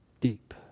deep